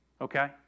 okay